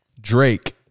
Drake